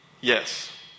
yes